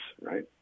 right